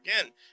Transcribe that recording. again